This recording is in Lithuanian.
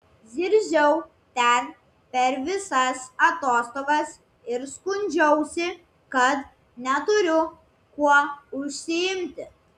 zirziau ten per visas atostogas ir skundžiausi kad neturiu kuo užsiimti